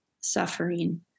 suffering